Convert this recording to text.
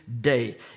day